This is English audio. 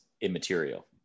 immaterial